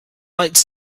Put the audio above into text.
lights